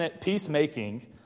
Peacemaking